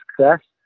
success